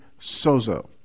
sozo